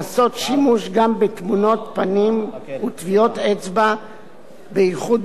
פנים וטביעות אצבע באיכות ביומטרית של מסתננים.